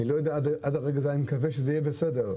עד הרגע הזה אני מקווה שיהיה בסדר,